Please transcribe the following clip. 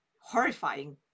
horrifying